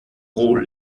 roll